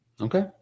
Okay